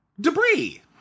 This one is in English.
Debris